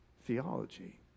theology